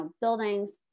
buildings